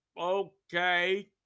Okay